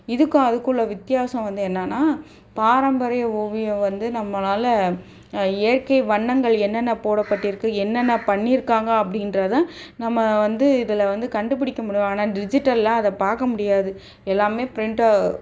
இதுக்கும் அதுக்கும் உள்ள வித்தியாசம் வந்து என்னென்னா பாரம்பரிய ஓவியம் வந்து நம்மளால் இயற்கை வண்ணங்கள் என்னென்ன போடப்பட்டிருக்கு என்னென்ன பண்ணிருக்காங்க அப்படின்றத நம்ம வந்து இதில் வந்து கண்டுபிடிக்க முடியும் ஆனால் டிஜிட்டலில் அதை பார்க்க முடியாது எல்லாமே ப்ரிண்டோ